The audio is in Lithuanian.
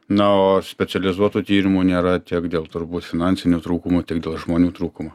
na o specializuotų tyrimų nėra tiek dėl turbūt finansinių trūkumų tiek dėl žmonių trūkumo